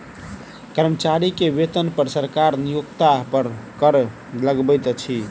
कर्मचारी के वेतन पर सरकार नियोक्ता पर कर लगबैत अछि